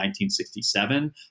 1967